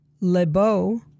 Lebeau